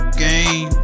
game